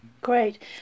great